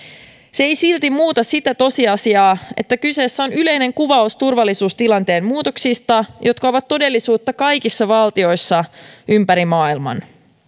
se ei silti muuta sitä tosiasiaa että kyseessä on yleinen kuvaus turvallisuustilanteen muutoksista jotka ovat todellisuutta kaikissa valtioissa ympäri maailman